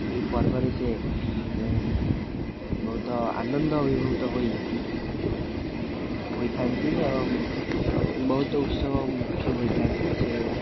ଏହି ପର୍ବରେ ସେ ବହୁତ ଆନନ୍ଦ ହୋଇ ହୋଇଥାନ୍ତି ଏବଂ ବହୁତ ଉତ୍ସବ ମୁଖ୍ୟ ହୋଇଥାନ୍ତି ସେ